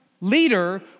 leader